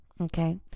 okay